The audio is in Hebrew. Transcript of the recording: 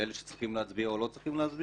לאלה שצריכים להצביע או לא צריכים להצביע